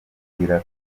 abwira